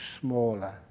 smaller